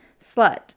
slut